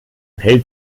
hält